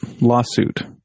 lawsuit